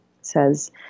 says